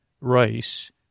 rice